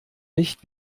nicht